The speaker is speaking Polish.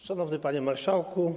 Szanowny Panie Marszałku!